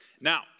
Now